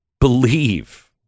believe